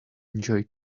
enjoy